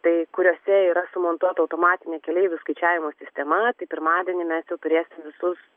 tai kuriuose yra sumontuota automatinė keleivių skaičiavimo sistema tai pirmadienį mes jau turėsim visus